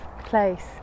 Place